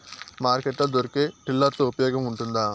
Market లో దొరికే tiller తో ఉపయోగం ఉంటుందా?